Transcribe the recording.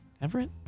Everett